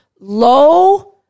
low